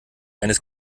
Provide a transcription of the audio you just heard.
eines